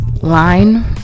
Line